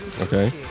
Okay